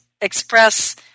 express